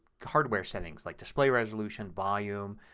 hardware settings like display resolution, volume,